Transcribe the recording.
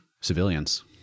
civilians